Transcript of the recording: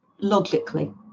logically